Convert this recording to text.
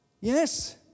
Yes